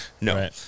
No